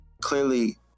clearly